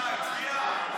אדוני היושב-ראש, טאהא הצביע?